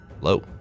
Low